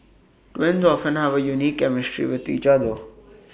twins often have A unique chemistry with each other